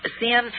sin